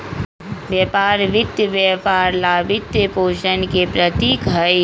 व्यापार वित्त व्यापार ला वित्तपोषण के प्रतीक हई,